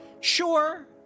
Sure